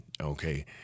okay